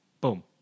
boom